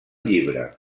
llibre